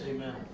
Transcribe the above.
Amen